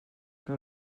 que